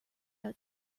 out